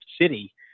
city